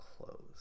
close